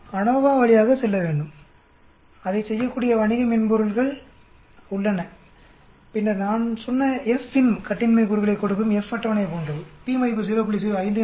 நாம் அநோவா வழியாக செல்ல வேண்டும் அதைச் செய்யக்கூடிய வணிக மென்பொருள்கள் உள்ளன பின்னர் நான் சொன்ன FINV கட்டின்மை கூறுகளைக் கொடுக்கும் F அட்டவணை போன்றது p மதிப்பு 0